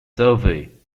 survey